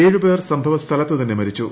ഏഴ് പേർ സംഭവസ്ഥലത്ത് തന്നെ മരിച്ചു